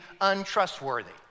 untrustworthy